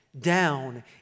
down